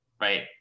right